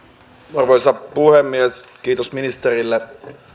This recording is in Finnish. arvoisa puhemies kiitos ministerille